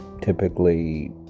typically